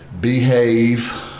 behave